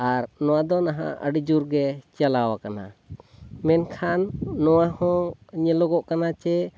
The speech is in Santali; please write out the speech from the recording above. ᱟᱨ ᱱᱚᱣᱟᱫᱚ ᱱᱟᱦᱟᱜ ᱟᱹᱰᱤ ᱡᱳᱨᱜᱮ ᱪᱟᱞᱟᱣ ᱠᱟᱱᱟ ᱢᱮᱱᱠᱷᱟᱱ ᱱᱚᱣᱟᱦᱚᱸ ᱧᱮᱞᱚᱜᱚᱜ ᱠᱟᱱᱟ ᱡᱮ